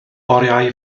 oriau